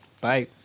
bye